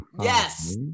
Yes